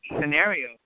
scenario